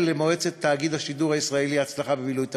למועצת תאגיד השידור הישראלי הצלחה במילוי תפקידה,